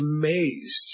amazed